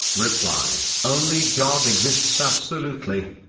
reply only god exists absolutely.